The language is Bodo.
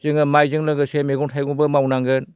जोङो माइजों लोगोसे मेगं थाइगंबो मावनांगोन